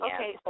Okay